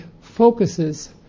focuses